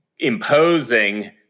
imposing